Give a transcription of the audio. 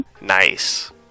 Nice